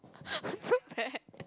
so bad